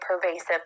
pervasive